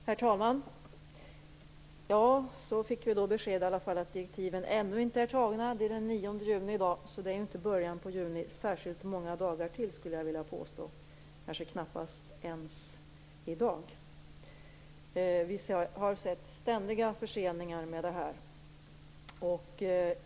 Herr talman! Så fick vi nu besked om att direktiven ännu inte är tagna. I dag är det den 9 juni, så det är inte "början av juni" särskilt många dagar till, skulle jag vilja påstå. Det är väl knappast ens i dag "början av juni". Det har ständigt varit förseningar.